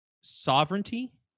sovereignty